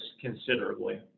considerably